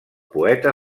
poeta